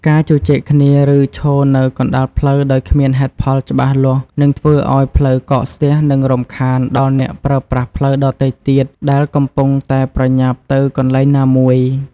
ការជជែកគ្នាឬឈរនៅកណ្តាលផ្លូវដោយគ្មានហេតុផលច្បាស់លាស់នឹងធ្វើឱ្យផ្លូវកកស្ទះនិងរំខានដល់អ្នកប្រើប្រាស់ផ្លូវដ៏ទៃទៀតដែលកំពុងតែប្រញាប់ទៅកន្លែងណាមួយ។